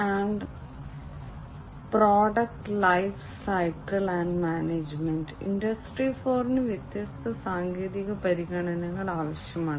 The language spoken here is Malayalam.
0 ന് വ്യത്യസ്ത സാങ്കേതിക പരിഗണനകൾ ആവശ്യമാണ്